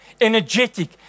energetic